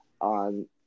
on